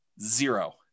zero